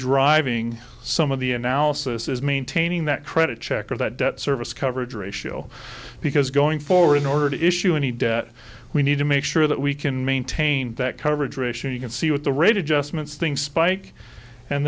driving some of the analysis is maintaining that credit check or that debt service coverage ratio because going forward in order to issue any debt we need to make sure that we can maintain that coverage ratio you can see with the rate adjustments things spike and